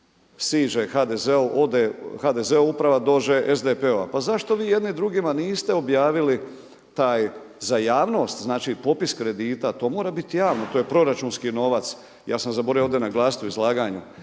Ode HDZ-ova uprava, dođe SDP-ova. Pa zašto vi jedni drugima niste objavili taj za javnost znači popis kredita. To mora biti javno, to je proračunski novac. Ja sam zaboravio ovdje naglasiti u izlaganju